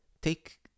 Take